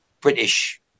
British